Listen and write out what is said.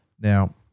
Now